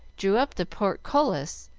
drew up the portcullis,